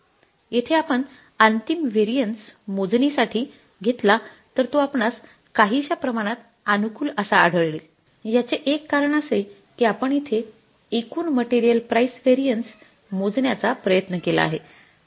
येथे आपण अंतिम व्हेरिएन्स मोजणी साठी घेतला तर तो आपणास काहीश्या प्रमाणात अनुकूल असा आढळले याचे एक कारण असे कि आपण इथे एकूण मटेरियल प्राइस व्हेरिएन्स मोजण्याचा प्रयत्न केला आहे